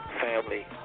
family